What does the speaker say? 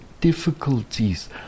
difficulties